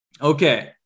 Okay